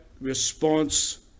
response